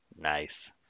nice